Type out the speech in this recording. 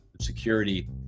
security